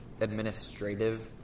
administrative